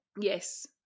yes